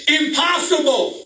impossible